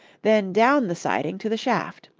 then down the siding to the shaft,